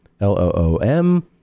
L-O-O-M